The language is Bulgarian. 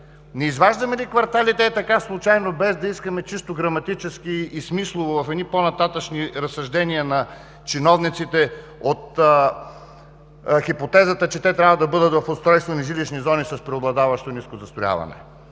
не изваждаме ли кварталите ей така случайно, без да искаме, чисто граматически и смислово в едни по-нататъшни разсъждения на чиновниците от хипотезата, че те трябва да бъдат в устройствени жилищни зони с преобладаващо ниско застрояване,